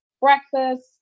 Breakfast